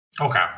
Okay